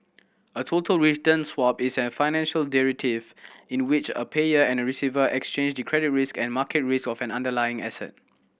a total return swap is a financial derivative in which a payer and receiver exchange the credit risk and market risk of an underlying asset